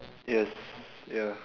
yes ya